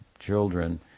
Children